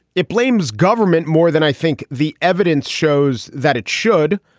it blames government more than i think the evidence shows that it should.